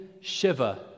shiva